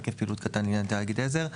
היקף פעילות קטן לעניין תאגיד עזר.